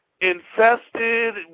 infested